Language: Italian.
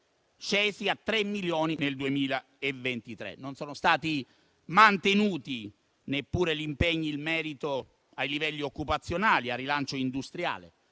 scese a 3 milioni nel 2023. Non sono stati mantenuti neppure gli impegni in merito ai livelli occupazionali e al rilancio industriale.